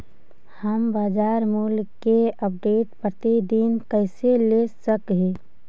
हम बाजार मूल्य के अपडेट, प्रतिदिन कैसे ले सक हिय?